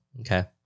Okay